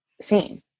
seen